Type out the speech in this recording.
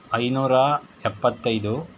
ಐನೂರ ಎಪ್ಪತ್ತೈದು